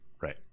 right